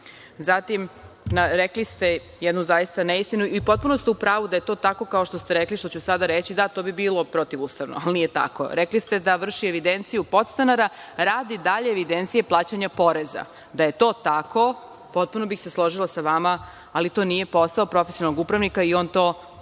rekli ste jednu zaista neistinu, i potpuno ste u pravu da je to tako kao što ste rekli, što ću sada reći, da, to bi bilo protivustavno. Ali, nije tako. Rekli ste da vrši evidenciju podstanara radi dalje evidencije plaćanja poreza. Da je to tako, potpuno bih se složila sa vama, ali to nije posao profesionalnog upravnika i on to ne